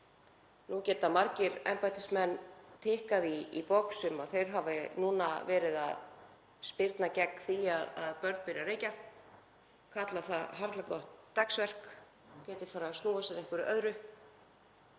Nú geta margir embættismenn tikkað í box um að þeir hafi núna verið að spyrna gegn því að börn byrji að reykja, geta kallað það harla gott dagsverk og farið að snúa sér að einhverju öðru,